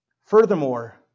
Furthermore